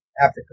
Africa